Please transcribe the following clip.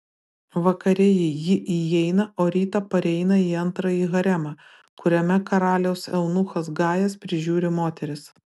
vakare ji įeina o rytą pareina į antrąjį haremą kuriame karaliaus eunuchas gajas prižiūri moteris